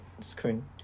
screen